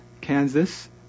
Kansas